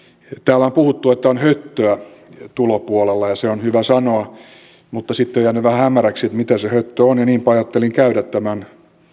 on puhuttu että on höttöä tulopuolella ja se on hyvä sanoa mutta sitten on jäänyt vähän hämäräksi mitä se höttö on ja niinpä ajattelin käydä tämän